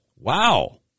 Wow